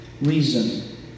reason